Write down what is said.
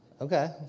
Okay